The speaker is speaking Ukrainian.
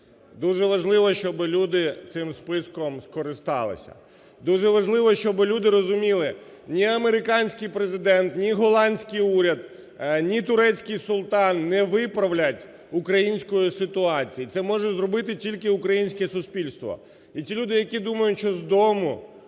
Дуже важливо, щоби люди цим списком скористалися, дуже важливо, щоби люди розуміли, ні американський президент, ні голландський уряд, ні турецький султан не виправлять української ситуації, це може зробити тільки українське суспільство. І ті люди, які думають, що з дому,